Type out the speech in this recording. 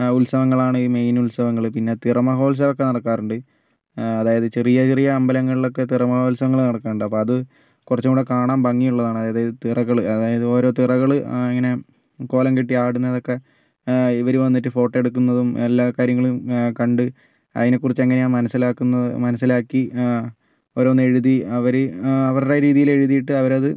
ഉത്സവങ്ങളാണ് ഈ മെയിൻ ഉത്സവങ്ങൾ പിന്നെ തിറ മഹോത്സവമൊക്കെ നടക്കാറുണ്ട് അതായത് ചെറിയ ചെറിയ അമ്പലങ്ങളിലൊക്കെ തിറ മഹോത്സവങ്ങൾ നടക്കുന്നുണ്ട് അപ്പോൾ അത് കുറച്ചും കൂടെ കാണാൻ ഭംഗിയുള്ളതാണ് അതായത് തിറകൾ അതായത് ഓരോ തിറകൾ ഇങ്ങനെ കോലം കെട്ടി ആടുന്നതൊക്കെ ഇവർ വന്നിട്ട് ഫോട്ടോ എടുക്കുന്നതും എല്ലാ കാര്യങ്ങളും കണ്ട് അതിനെക്കുറിച്ച് എങ്ങനെയാണ് മനസിലാക്കുന്നത് മനസിലാക്കി ഓരോന്നെഴുതി അവർ അവരുടെ രീതിയിൽ എഴുതിയിട്ട് അവരത്